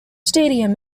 stadium